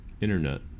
internet